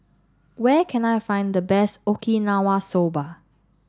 where can I find the best Okinawa Soba